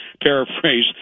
paraphrase